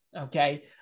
okay